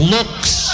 Looks